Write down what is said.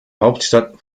hauptstadt